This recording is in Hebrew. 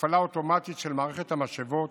הפעלה אוטומטית של מערכת המשאבות